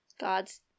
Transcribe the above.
God's